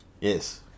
Yes